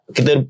Kita